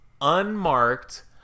unmarked